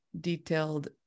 detailed